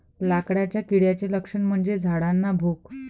लाकडाच्या किड्याचे लक्षण म्हणजे झाडांना भोक